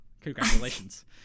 Congratulations